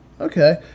Okay